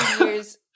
years